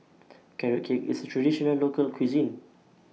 Carrot Cake IS A Traditional Local Cuisine